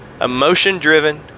emotion-driven